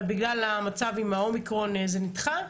אבל בגלל המצב עם האומיקרון זה נדחה.